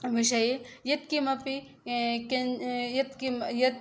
विषये यत्किमपि किन् यत्किम् यत्